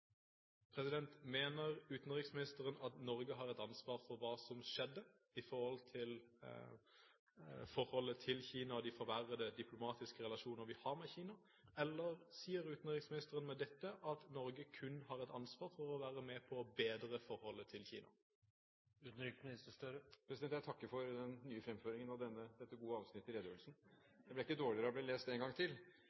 Mener utenriksministeren at Norge har et ansvar for hva som skjedde i forholdet til Kina og de forverrede diplomatiske relasjoner vi har med Kina, eller sier utenriksministeren med dette at Norge kun har et ansvar for å være med på å bedre forholdet til Kina? Jeg takker for den nye fremføringen av dette gode avsnittet i redegjørelsen.